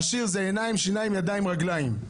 עשיר זה עיניים, שיניים, ידיים, רגליים.